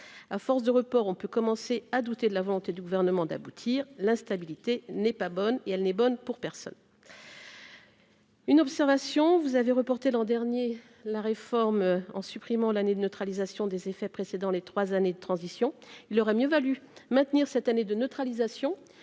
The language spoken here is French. à force de reports, on peut commencer à douter de la volonté du gouvernement d'aboutir, la stabilité n'est pas bonne et elle n'est bonne pour personne. Une observation, vous avez reporté l'an dernier la réforme en supprimant l'année de neutralisation des effets précédent les 3 années de transition, il aurait mieux valu maintenir cette année de neutralisation